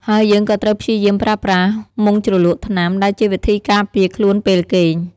ហើយយើងក៏ត្រូវព្យាយាមប្រើប្រាស់ មុងជ្រលក់ថ្នាំ ដែលជាវិធីការពារខ្លួនពេលគេង។